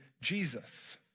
Jesus